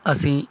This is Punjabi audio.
ਅਸੀਂ